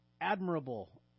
admirable